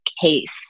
case